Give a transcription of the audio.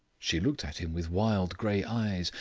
she looked at him with wild grey eyes.